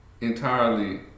entirely